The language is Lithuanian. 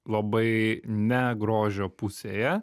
labai ne grožio pusėje